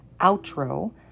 outro